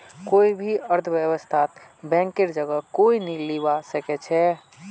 कोई भी अर्थव्यवस्थात बैंकेर जगह कोई नी लीबा सके छेक